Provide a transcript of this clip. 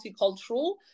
multicultural